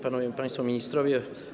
Panowie i Państwo Ministrowie!